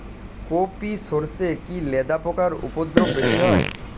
কোপ ই সরষে কি লেদা পোকার উপদ্রব বেশি হয়?